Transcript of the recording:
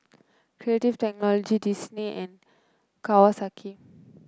Creative Technology Disney and Kawasaki